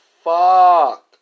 Fuck